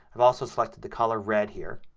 i've also selected the color red here.